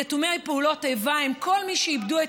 יתומי פעולות האיבה הם כל מי שאיבדו את